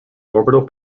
orbital